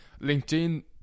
LinkedIn